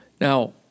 Now